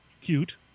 cute